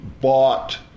bought